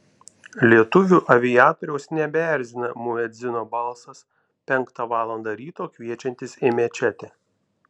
lietuvių aviatoriaus nebeerzina muedzino balsas penktą valandą ryto kviečiantis į mečetę